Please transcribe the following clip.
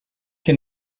que